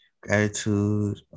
Gratitude